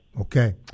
Okay